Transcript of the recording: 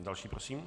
Další prosím.